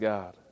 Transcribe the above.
God